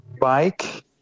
bike